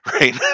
right